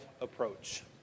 approach